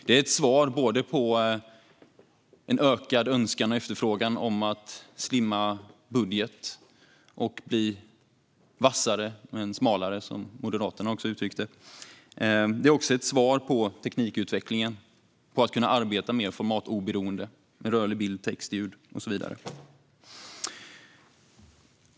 Det är ett svar på en ökad önskan och efterfrågan om att slimma budgeten och bli vassare men smalare, som Moderaterna uttryckte det. Det är också ett svar på teknikutvecklingen. Det handlar om att kunna arbeta mer formatoberoende med rörlig bild, text, ljud och så vidare.